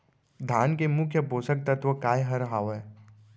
धान के मुख्य पोसक तत्व काय हर हावे?